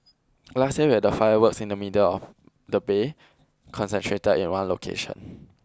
last year we had the fireworks in the middle of the Bay concentrated in one location